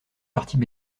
parties